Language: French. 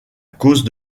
cause